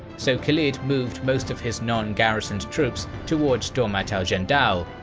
so khalid moved most of his non-garrisoned troops towards dawmat al-jandal,